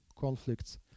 conflicts